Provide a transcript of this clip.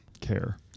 care